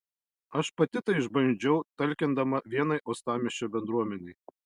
aš pati tai išbandžiau talkindama vienai uostamiesčio bendruomenei